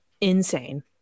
insane